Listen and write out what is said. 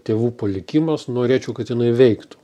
tėvų palikimas norėčiau kad jinai veiktų